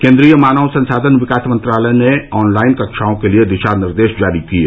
केन्द्रीय मानव संसाधन विकास मंत्रालय ने ऑनलाइन कक्षाओं के लिए दिशानिर्देश जारी किये